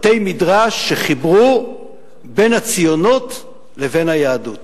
בתי-מדרש שחיברו בין הציונות לבין היהדות,